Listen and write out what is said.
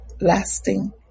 lasting